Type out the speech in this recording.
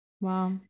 Wow